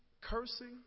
cursing